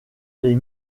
les